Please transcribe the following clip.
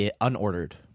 unordered